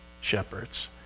shepherds